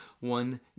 one